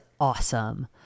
awesome